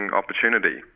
opportunity